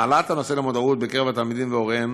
העלאת הנושא למודעות בקרב התלמידים והוריהם